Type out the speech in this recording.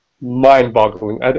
mind-boggling